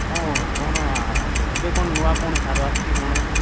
ହଁ କ'ଣ ଏବେ କ'ଣ ନୂଆ କ'ଣ ସାର ଆସିଛି କ'ଣ